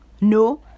No